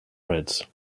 reds